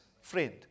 friend